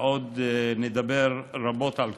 ועוד נדבר רבות על כך.